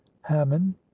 hammond